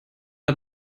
hat